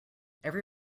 every